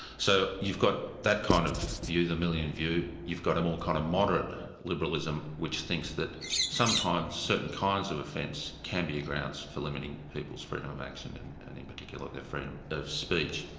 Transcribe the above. so you've got that kind of view, the millian view, you've got a more kind of moderate liberalism which thinks that sometimes certain kinds of offence can be a grounds for limiting people's freedom of action, and and in particular their freedom of speech,